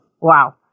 Wow